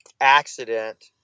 accident